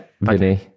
Vinny